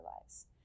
lives